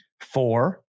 Four